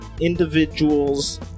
individuals